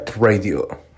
Radio